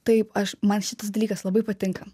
taip aš man šitas dalykas labai patinka